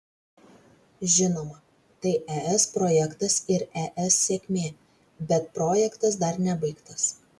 žinoma tai es projektas ir es sėkmė bet projektas dar nebaigtas